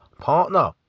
partner